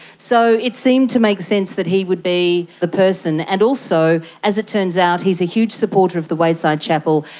so it seemed to make sense that he would be the person. and also, as it turns out, he is a huge supporter of the wayside chapel,